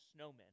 snowmen